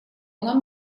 нам